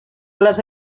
les